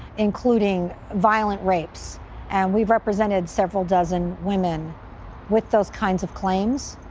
including violent rapes and we've represented several dozen women with those kinds of claims.